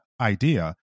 idea